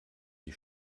die